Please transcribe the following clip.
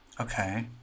Okay